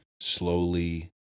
slowly